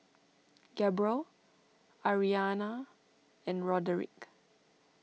Gabriel Aryana and Roderic